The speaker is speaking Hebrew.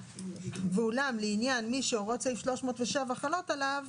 ואולם לעניין מי שהוראות סעיף 307 חלות עליו,